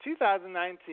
2019